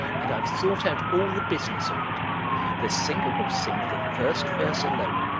and i've thought out all the business of it the singer will sing the first verse alone,